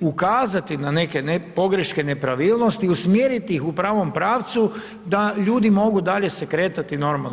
ukazati na neke pogreške, nepravilnosti, usmjeriti ih u pravom pravcu da ljudi mogu dalje se kretati normalno.